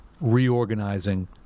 reorganizing